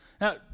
Now